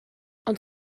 ond